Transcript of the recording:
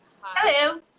hello